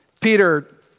Peter